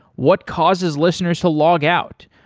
what causes listeners to log out,